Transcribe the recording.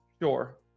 Sure